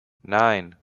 nine